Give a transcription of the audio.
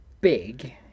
big